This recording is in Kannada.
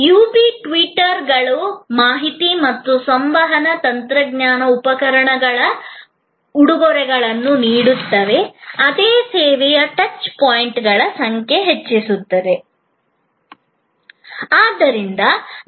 ಯುಬಿ ಟ್ವಿಟ್ಟರ್ಗಳು ಮಾಹಿತಿ ಮತ್ತು ಸಂವಹನ ತಂತ್ರಜ್ಞಾನ ಉಪಕರಣಗಳ ಉಡುಗೊರೆಗಳನ್ನು ನೀಡುತ್ತವೆ ಅದೇ ಸೇವೆಗೆ ಟಚ್ ಪಾಯಿಂಟ್ಗಳ ಸಂಖ್ಯೆ ಹೆಚ್ಚುತ್ತಿದೆ